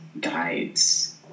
guides